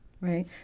right